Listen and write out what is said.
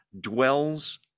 dwells